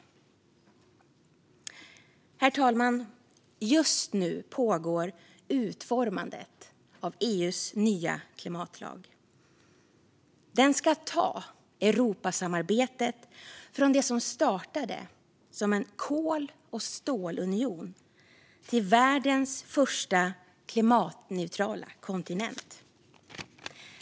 Herr talman! Just nu pågår utformandet av EU:s nya klimatlag. Den ska ta Europasamarbetet från det som startade som en kol och stålunion till världens första klimatneutrala kontinent.